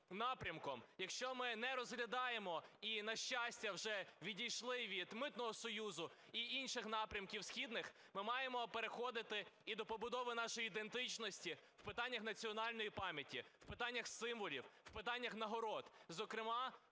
напрямком, якщо ми не розглядаємо і, на щастя, вже відійшли від Митного союзу і інших напрямків східних, ми маємо переходити і до побудови нашої ідентичності в питаннях національної пам'яті, в питаннях символів, в питаннях нагород,